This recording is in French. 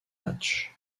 matchs